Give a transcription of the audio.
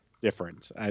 different